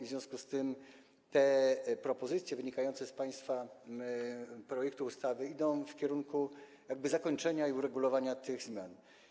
W związku z tym propozycje wynikające z państwa projektu ustawy idą w kierunku zakończenia tego i uregulowania tych zmian.